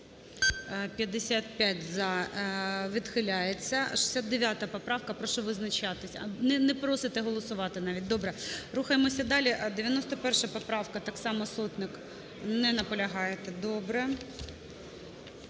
За-55 Відхиляється. 69 поправка. Прошу визначатись. Не просите голосувати навіть, добре. Рухаємося далі. 91 поправка, так само Сотник. Не наполягаєте? Добре.